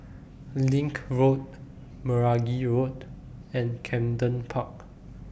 LINK Road Meragi Road and Camden Park